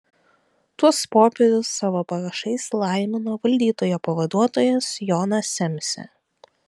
tuos popierius savo parašais laimino valdytojo pavaduotojas jonas semsė